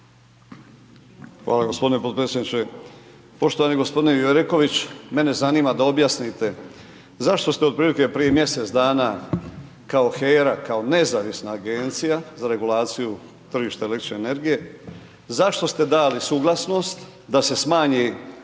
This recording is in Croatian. Hvala g. potpredsjedniče. Poštovani g. Jureković, mene zanima da objasnite zašto ste otprilike prije mjesec dana kao HERA, kao nezavisna agencija za regulaciju tržišta električne energije, zašto ste dali suglasnost da se smanji